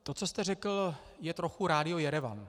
To, co jste řekl, je trochu rádio Jerevan.